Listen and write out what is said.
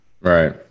right